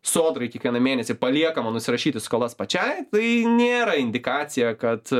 sodrai kiekvieną mėnesį paliekama nusirašyti skolas pačiai tai nėra indikacija kad